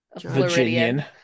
Virginian